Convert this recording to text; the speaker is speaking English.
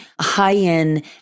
high-end